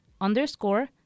underscore